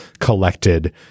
collected